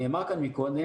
נאמר כאן מקודם,